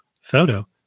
photo